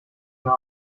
mehr